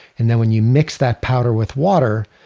and then when you mix that powder with water,